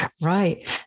Right